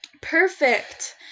Perfect